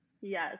Yes